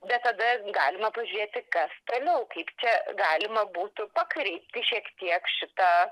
bet tada galima pažiūrėti kas toliau kaip čia galima būtų pakreipti šiek tiek šitą